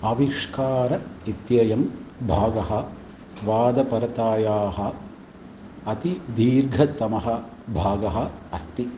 आविष्कारः इत्ययं भागः वादपरतायाः अतिदीर्घतमः भागः अस्ति